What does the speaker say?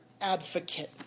advocate